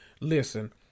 Listen